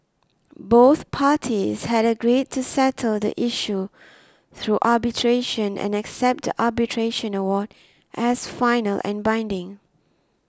both parties had agreed to settle the issue through arbitration and accept the arbitration award as final and binding